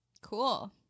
Cool